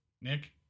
Nick